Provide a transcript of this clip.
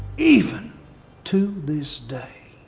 even to this day.